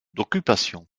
d’occupation